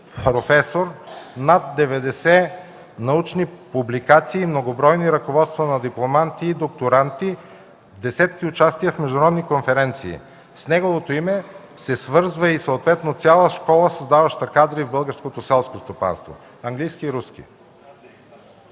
професор; има над 90 научни публикации, многобройни ръководства на дипломанти и докторанти и десетки участия в международни конференции. С неговото име се свързва и съответна цяла школа, създаваща кадри в българското селско стопанство. Владее английски и руски.